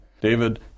David